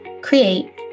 create